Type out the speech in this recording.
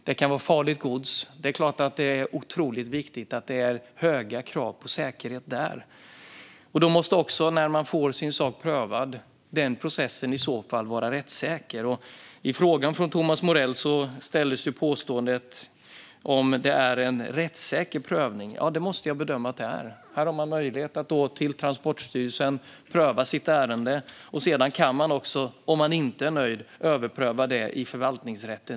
Det kan vara farligt gods. Det är klart att det är otroligt viktigt att det är höga krav på säkerhet. När man får sin sak prövad måste processen vara rättssäker. Thomas Morell ställer frågan om det är en rättssäker prövning. Ja, det måste jag bedöma att det är. Här har man möjlighet att hos Transportstyrelsen pröva sitt ärende. Om man inte är nöjd kan man sedan överpröva det i förvaltningsrätten.